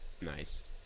nice